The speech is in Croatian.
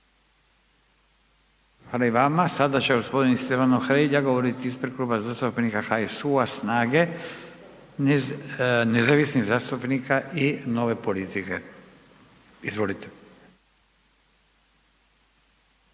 Hvala i vama. Sada će gospodin Silvano Hrelja govoriti ispred Kluba zastupnika HSU-SNAGA-nezavisnih zastupnika i Nove politike. Izvolite. **Hrelja, Silvano